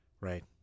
Right